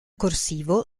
corsivo